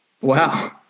Wow